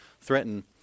threaten